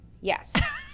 yes